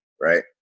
right